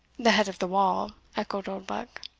the head of the wall, echoed oldbuck.